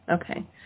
okay